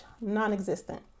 non-existent